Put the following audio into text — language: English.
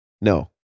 No